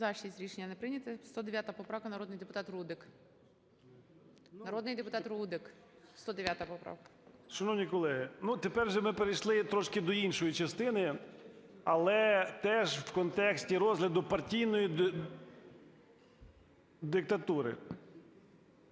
За-6 Рішення не прийнято. 109 поправка, народний депутат Рудик. Народний депутат Рудик. 109 поправка. 17:41:10 РУДИК С.Я. Шановні колеги, ну тепер вже ми перейшли трошки до іншої частини, але теж в контексті розгляду партійної диктатури.